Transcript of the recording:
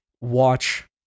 watch